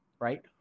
right